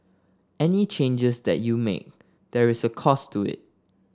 any changes that you make there is a cost to it